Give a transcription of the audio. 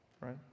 right